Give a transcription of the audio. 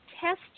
test